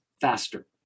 faster